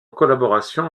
collaboration